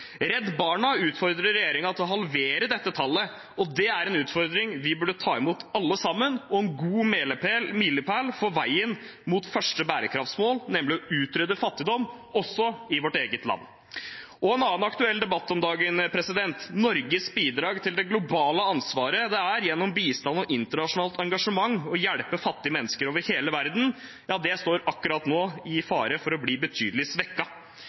Redd Barna utfordrer regjeringen til å halvere dette tallet. Det er en utfordring vi burde ta imot, alle sammen, og en god milepæl for veien mot første bærekraftsmål, nemlig å utrydde fattigdom, også i vårt eget land. En annen aktuell debatt om dagen: Norges bidrag til det globale ansvaret det er, gjennom bistand og internasjonalt engasjement, å hjelpe fattige mennesker over hele verden. Det står akkurat nå i fare for å bli betydelig